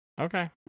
okay